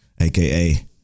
aka